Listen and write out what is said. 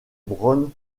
brown